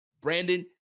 Brandon